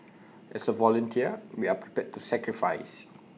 as A volunteer we are prepared to sacrifice